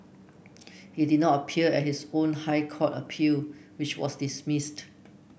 he did not appear at his own High Court appeal which was dismissed